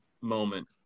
moment